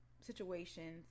situations